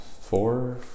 Four